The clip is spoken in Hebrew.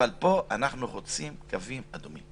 אבל פה אנחנו חוצים קווים אדומים.